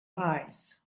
eyes